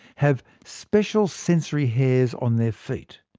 have special sensory hairs on their feet.